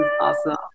awesome